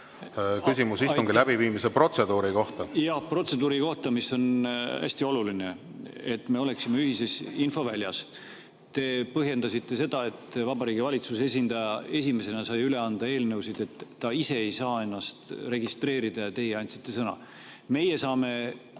küsimus istungi läbiviimise protseduuri kohta! Jah, protseduuri kohta. On hästi oluline, et me oleksime ühises infoväljas. Te põhjendasite seda, et Vabariigi Valitsuse esindaja esimesena sai üle anda eelnõusid, sellega, et ta ise ei saa ennast registreerida ja teie andsite sõna. Meie saame